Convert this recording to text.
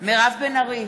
מירב בן ארי,